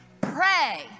Pray